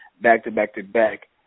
back-to-back-to-back